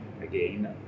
again